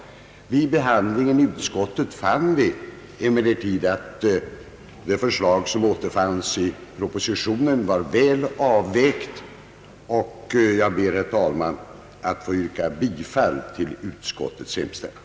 Vid behandlingen i utskottet fann vi emellertid att det förslag som framfördes i propositionen var väl avvägt. Jag ber, herr talman, att få yrka bifall till utskottets hemställan.